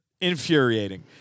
infuriating